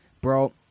bro